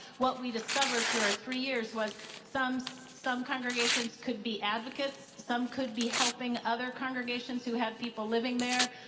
what we discovered through our three years was some so some congregations could be advocates, some could be helping other congregations who had people living there.